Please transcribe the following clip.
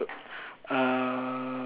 uh